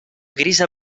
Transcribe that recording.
grisa